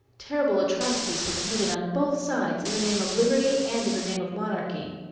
terrible atrocities were committed on both sides in the name of liberty, and in the name of monarchy.